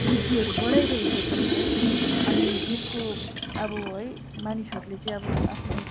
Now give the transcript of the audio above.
वृद्धिहरू बढाइरहेका छन् है अनि त्यसको अब है मानिसहरूले चाहिँ आफ्नो